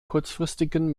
kurzfristigen